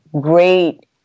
great